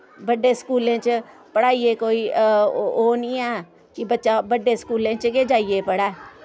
बड्डे स्कूलें च पढ़ाइयै कोई ओह् नि ऐ कि बच्चा बड्डें स्कूलें च गै जाइयै पढ़ै